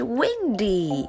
windy